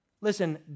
Listen